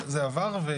זה עבר,